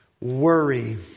worry